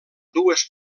dues